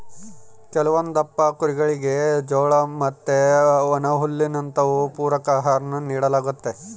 ಕೆಲವೊಂದಪ್ಪ ಕುರಿಗುಳಿಗೆ ಜೋಳ ಮತ್ತೆ ಒಣಹುಲ್ಲಿನಂತವು ಪೂರಕ ಆಹಾರಾನ ನೀಡಲಾಗ್ತತೆ